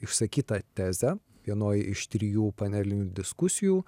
išsakytą tezę vienoj iš trijų panelinių diskusijų